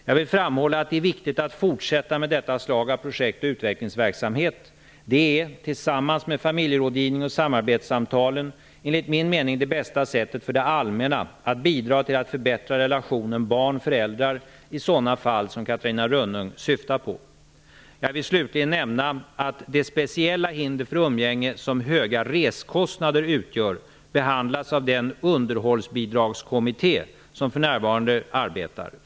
Jag vill framhålla att det är viktigt att fortsätta med detta slag av projekt och utvecklingsverksamhet. Det är, tillsammans med familjerådgivningen och samarbetssamtalen, enligt min mening det bästa sättet för det allmänna att bidra till att förbättra relationen barn--föräldrar i sådana fall som Catarina Rönnung syftar på. Jag vill slutligen nämna att det speciella hinder för umgänge som höga resekostnader utgör, behandlas av den underhållsbidragskommitté som för närvarande arbetar.